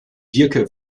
diercke